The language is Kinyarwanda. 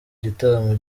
gitaramo